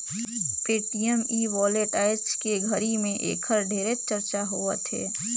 Paytm e wallet आयज के घरी मे ऐखर ढेरे चरचा होवथे